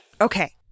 Okay